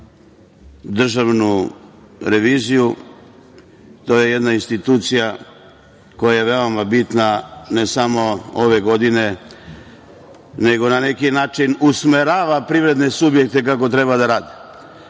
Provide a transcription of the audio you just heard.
za Državnu reviziju. To je jedna institucija koja je veoma bitna, ne samo ove godine, nego na neki način usmerava privredne subjekte kako treba da rade. Imao